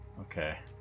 Okay